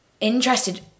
interested